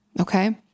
Okay